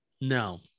No